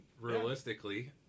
realistically